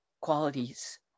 qualities